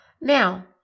Now